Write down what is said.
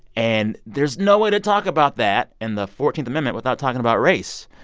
and there's no way to talk about that and the fourteenth amendment without talking about race.